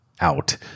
out